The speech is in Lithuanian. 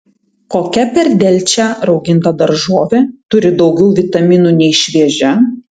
kokia per delčią rauginta daržovė turi daugiau vitaminų nei šviežia